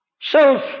self